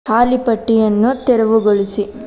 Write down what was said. ಹಾಲಿ ಪಟ್ಟಿಯನ್ನು ತೆರವುಗೊಳಿಸಿ